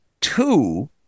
two